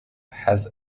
has